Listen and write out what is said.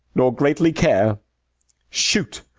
nor greatly care shoot!